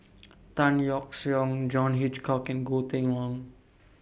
Tan Yeok Seong John Hitchcock and Goh Kheng Long